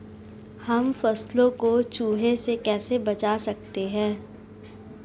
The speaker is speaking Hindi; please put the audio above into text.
हम फसलों को चूहों से कैसे बचा सकते हैं?